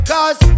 Cause